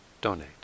donate